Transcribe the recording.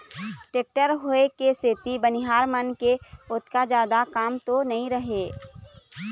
tractor होय के सेती बनिहार मन के ओतका जादा काम तो नइ रहय